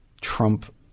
Trump